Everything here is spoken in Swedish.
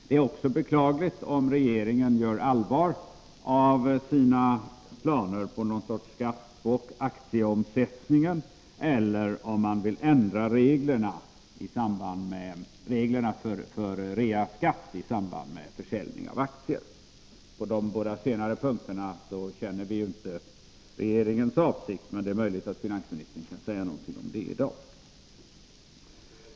Det är också beklagligt om regeringen gör allvar av sina planer på någon sorts skatt på aktieomsättningen eller om man vill ändra reglerna för reaskatt i samband med försäljning av aktier. På de båda senare punkterna känner vi inte regeringens avsikt, men det är möjligt att finansministern kan säga någonting om detta i dag.